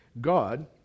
God